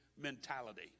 mentality